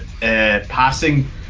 passing